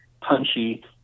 punchy